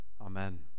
Amen